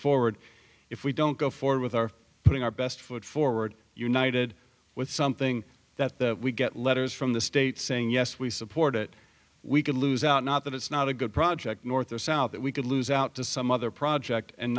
forward if we don't go forward with our putting our best foot forward united with something that we get letters from the state saying yes we support it we could lose out not that it's not a good project north or south that we could lose out to some other project and